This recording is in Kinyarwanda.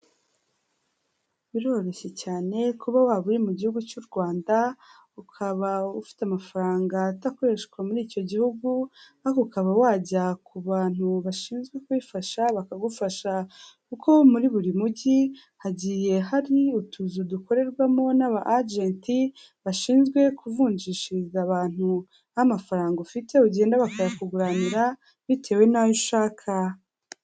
Biroroshye cyane kuba waba uri mu gihugu cy'u Rwanda ukaba ufite amafaranga adakoreshwa muri icyo gihugu, ariko ukaba wajya ku bantu bashinzwe kubifasha bakagufasha, kuko muri buri mujyi hagiye harimo utuzu dukorerwamo n'aba ajenti bashinzwe kuvunjishiriza abantu nk'amafaranga ufite ugenda bakayakuguranira bitewe n'ayo ushaka.